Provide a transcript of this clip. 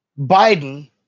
Biden